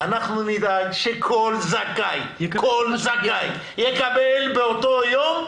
אנחנו נדאג שכל זכאי, כל זכאי, יקבל באותו יום,